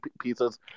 pieces